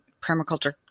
permaculture